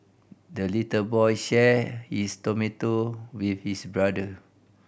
the little boy shared his tomato with his brother